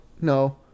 no